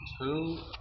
two